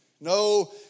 No